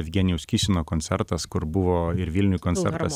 jevgenijaus kisino koncertas kur buvo ir vilniuj koncertas